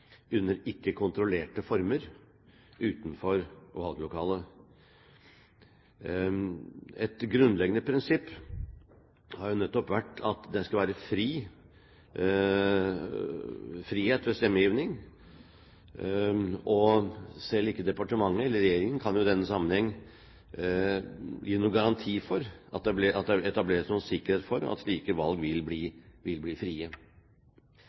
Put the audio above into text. under ikke kontrollerte former, utenfor valglokale. Et grunnleggende prinsipp har jo nettopp vært at det skal være frihet ved stemmegivning. Selv ikke departementet eller regjeringen kan i denne sammenheng gi en garanti for at det etableres noen sikkerhet for at slike valg vil bli